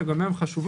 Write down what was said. שגם הם חשובים,